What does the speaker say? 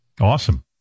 Awesome